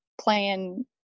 playing